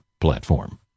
platform